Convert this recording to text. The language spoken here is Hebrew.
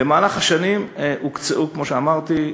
במהלך השנים הוקצו, כמו שאמרתי,